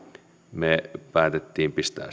me päätimme pistää